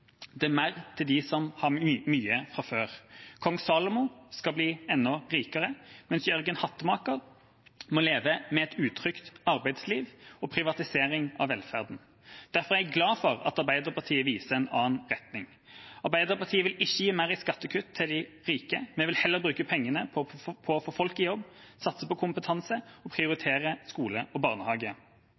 Det er mer til dem som har mye fra før. Kong Salomo skal bli enda rikere, mens Jørgen hattemaker må leve med et utrygt arbeidsliv og privatisering av velferden. Derfor er jeg glad for at Arbeiderpartiet viser en annen retning. Arbeiderpartiet vil ikke gi mer i skattekutt til de rike. Vi vil heller bruke pengene på å få folk i jobb, satse på kompetanse og prioritere skole og barnehage.